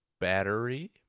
battery